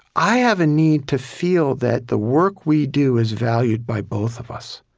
i have a need to feel that the work we do is valued by both of us.